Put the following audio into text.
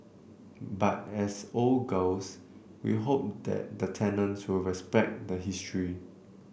but as old girls we hope that the tenants will respect the history